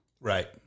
Right